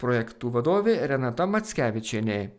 projektų vadovė renata mackevičienė